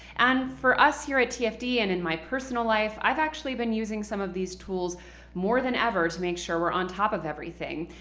and for us here at tfd and in my personal life, i've actually been using some of these tools more than ever to make sure we're on top of everything.